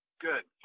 Good